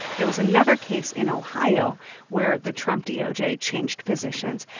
there was another case in ohio where the trump doj changed positions.